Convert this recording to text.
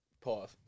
Pause